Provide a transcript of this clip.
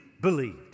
believed